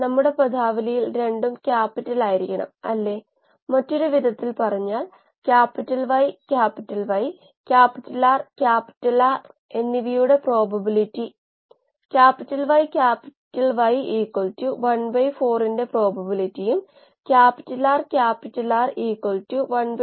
നമ്മൾ സ്കെയിൽ അപ്പിനെക്കുറിച്ച് സംസാരിച്ചു സ്കെയിൽ ഡൌൺ എന്നത് തുടക്കത്തിൽ അൽപ്പം വിചിത്രമായി തോന്നാം കാരണം സാധാരണയായി നിങ്ങൾ സ്കെയിൽ അപ്പിനെക്കുറിച്ച് കേൾക്കുന്നു സ്കെയിൽ ഡൌൺ അല്ല പക്ഷേ ബയോറിയാക്ടറുകളിൽ സ്കെയിൽ ഡൌൺ പ്രധാനമാണ്